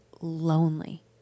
lonely